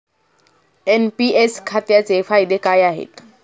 NPS खात्याचे फायदे काय आहेत?